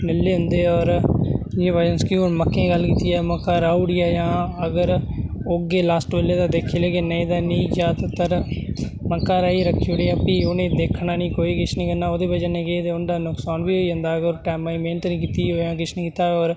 नल्ले होंदे होर जियां बाई चान्स कि हून मक्कें गल्ल कीती हून मक्कां राही उड़ियां जां अगर ओगे लास्ट बैल्ले ते दिक्खी लैगे नेईं तां नेईं ज्यादातर मक्कां राहियै रक्खी उड़ियां फ्ही उ'नेंगी दिक्खना नी कोई किश नि करना ओह्दी वजह कन्नै केह् कि उन्दा नुकसान बी होई जंदा होर टैमां दी मेह्नत नी कीती दी होऐ किश नी कीता होर